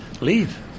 leave